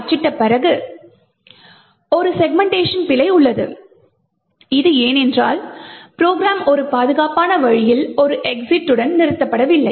அச்சிடப்பட்ட பிறகு ஒரு செக்மென்ட்டேஷன் பிழை உள்ளது இது ஏனென்றால் ப்ரொக்ராம் ஒரு பாதுகாப்பான வழியில் ஒரு exit உடன் நிறுத்தப்படவில்லை